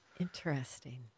Interesting